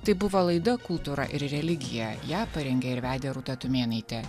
tai buvo laida kultūra ir religija ją parengė ir vedė rūta tumėnaitė